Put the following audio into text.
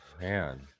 Man